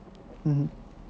mmhmm